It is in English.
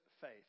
faith